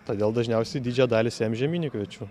todėl dažniausiai didžiąją dalį sėjam žieminių kviečių